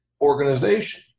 organization